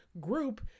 group